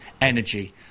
energy